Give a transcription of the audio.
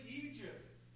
Egypt